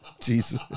Jesus